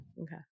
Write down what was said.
Okay